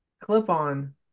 clip-on